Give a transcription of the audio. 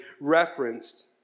referenced